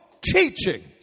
teaching